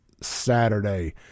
Saturday